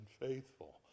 faithful